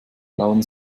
plaudern